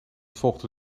volgde